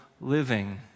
living